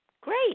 great